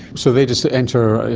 so they just enter,